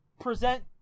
present